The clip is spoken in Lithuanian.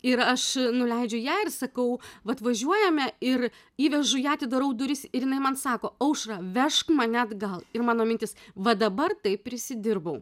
ir aš nuleidžiu ją ir sakau vat važiuojame ir įvežu ją atidarau duris ir jinai man sako aušra vežk mane atgal ir mano mintis va dabar tai prisidirbau